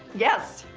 yes!